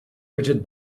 rigid